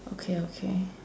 okay okay